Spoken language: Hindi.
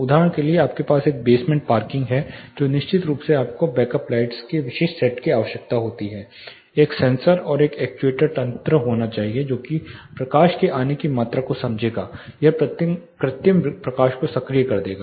उदाहरण के लिए आपके पास एक बेसमेंट पार्किंग है जो निश्चित रूप से आपको बैक अप लाइट्स के विशिष्ट सेट की आवश्यकता होती है एक सेंसर और एक एक्चुएटर तंत्र होना चाहिए जो कि प्रकाश के आने की मात्रा को समझेगा यह कृत्रिम प्रकाश को सक्रिय करेगा